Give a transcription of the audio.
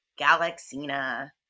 Galaxina